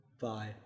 Bye